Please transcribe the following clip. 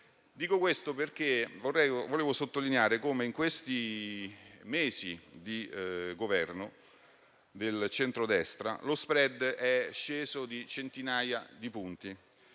Dico questo perché vorrei sottolineare come in questi mesi di Governo del centrodestra lo *spread* sia sceso di centinaia di punti,